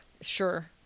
Sure